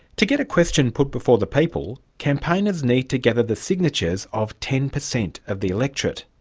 to get a question put before the people, campaigners need to gather the signatures of ten percent of the electorate.